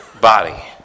body